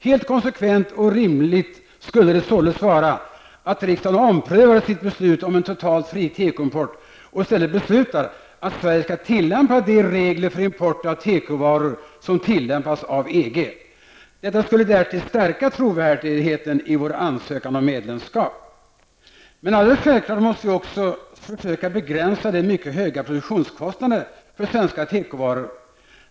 Helt konsekvent och rimligt skulle det således vara att riksdagen omprövade sitt beslut om en totalt fri tekoimport och i stället beslutade att Sverige skall tillämpa de regler för import av tekovaror som tillämpas av EG. Detta skulle därtill stärka trovärdigheten i vår ansökan om medlemskap. Alldeles självklart måste vi också försöka begränsa de mycket höga produktionskostnaderna för svenska tekovaror.